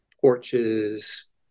porches